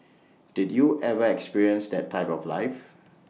did you ever experience that type of life